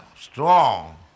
Strong